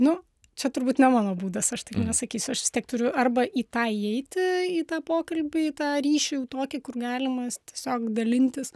nu čia turbūt ne mano būdas aš tai nesakysiu aš vis tiek turiu arba į tą įeiti į tą pokalbį į tą ryšį tokį kur galima tiesiog dalintis